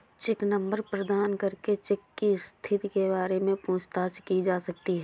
check number प्रदान करके cheque की स्थिति के बारे में पूछताछ की जा सकती है